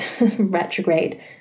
retrograde